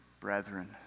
Brethren